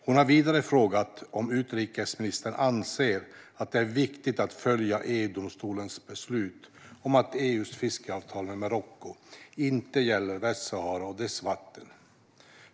Hon har vidare frågat om utrikesministern anser att det är viktigt att följa EU-domstolens beslut om att EU:s fiskeavtal med Marocko inte gäller Västsahara och dess vatten.